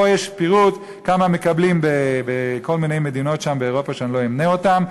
יש פה פירוט כמה מקבלים בכל מיני מדינות באירופה שאני לא אמנה אותן.